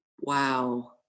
Wow